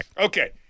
Okay